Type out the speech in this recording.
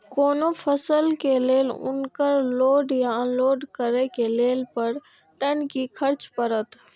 कोनो फसल के लेल उनकर लोड या अनलोड करे के लेल पर टन कि खर्च परत?